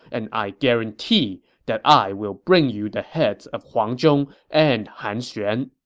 and i guarantee that i will bring you the heads of huang zhong and han xuan.